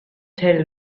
tell